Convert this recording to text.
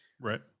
Right